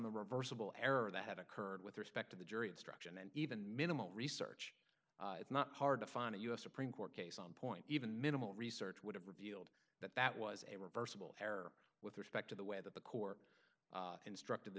the reversible error that had occurred with respect to the jury instruction and even minimal research it's not hard to find a us supreme court case on point even minimal research would have revealed that that was a reversible error with respect to the way that the court instructed the